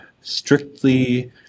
strictly